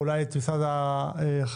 או את משרד החקלאות,